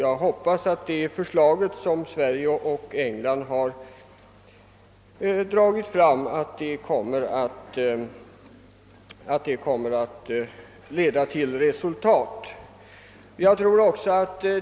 Jag hoppas att det förslag som Sverige och England framlagt skall komma att leda till resultat.